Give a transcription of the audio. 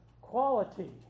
quality